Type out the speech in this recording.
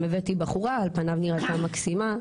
הבאתי בחורה, על פניו נראתה מקסימה.